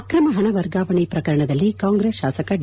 ಅಕ್ರಮ ಪಣ ವರ್ಗಾವಣೆ ಪ್ರಕರಣದಲ್ಲಿ ಕಾಂಗ್ರೆಸ್ ಶಾಸಕ ಡಿ